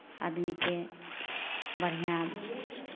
आदमीके बढ़िआँ